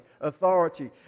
authority